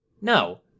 No